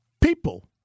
People